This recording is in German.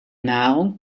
nahrung